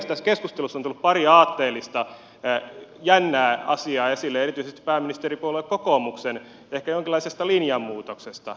tässä keskustelussa on tullut pari aatteellista jännää asiaa esille erityisesti pääministeripuolue kokoomuksen ehkä jonkinlaisesta linjanmuutoksesta